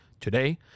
Today